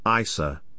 Isa